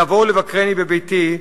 לבוא ולבקרני בביתי,